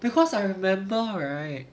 because I remember right